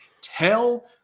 Tell